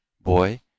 boy